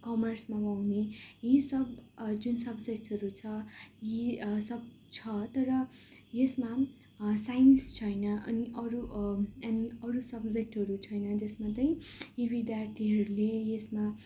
कमर्समा पाउने यी सब जुन सब्जेक्ट्सहरू छ यी सब छ तर यसमा साइन्स छैन अनि अरू एनी अरू सब्जेक्टहरू छैन जसमा चाहिँ यी विद्यार्थीहरूले यसमा